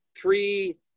three